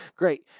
Great